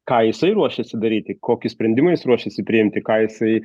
ką jisai ruošėsi daryti kokį sprendimą jis ruošėsi priimti ką jisai